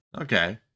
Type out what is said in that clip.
Okay